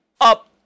up